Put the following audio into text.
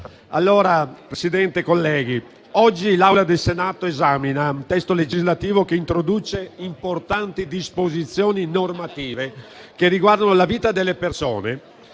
Signor Presidente, colleghi, oggi l'Assemblea del Senato esamina un testo legislativo che introduce importanti disposizioni normative riguardanti la vita delle persone,